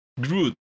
Groot